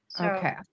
Okay